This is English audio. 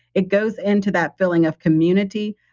it goes into that feeling of community,